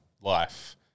life